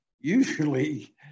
usually